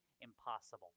impossible